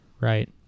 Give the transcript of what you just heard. right